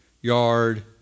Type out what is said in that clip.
yard